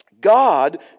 God